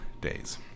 days